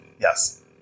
yes